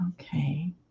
okay